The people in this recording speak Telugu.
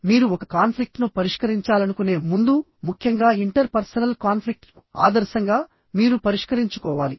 మీరు ఒక కాన్ఫ్లిక్ట్ ను పరిష్కరించాలనుకునే ముందు ముఖ్యంగా ఇంటర్ పర్సనల్ కాన్ఫ్లిక్ట్ ఆదర్శంగా మీరు పరిష్కరించుకోవాలి